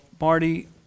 Marty